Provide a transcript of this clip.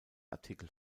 artikel